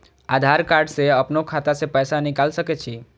आधार कार्ड से अपनो खाता से पैसा निकाल सके छी?